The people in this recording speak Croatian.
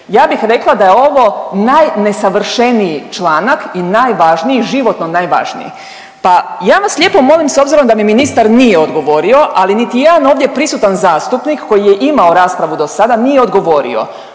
ja bih rekla da je ovo najnesavršeniji članak i najvažniji i životno najvažniji. Pa ja vas lijepo molim s obzirom da mi ministar nije odgovorio, ali niti jedan ovdje prisutan zastupnik koji je imao raspravu dosada nije odgovorio,